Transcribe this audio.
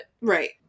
right